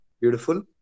Beautiful